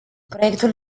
proiectul